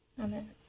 Amen